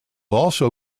also